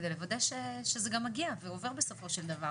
כדי לוודא שזה גם מגיע ועובר בסופו של דבר